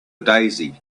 daisy